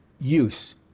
use